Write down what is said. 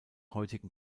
heutigen